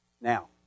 Now